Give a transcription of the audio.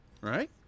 right